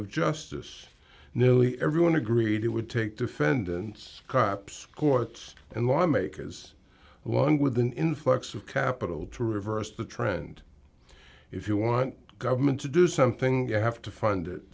of justice nearly everyone agreed it would take defendants cops court and law makers along with an influx of capital to reverse the trend if you want government to do something you have to fund it